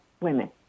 women